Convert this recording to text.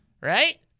Right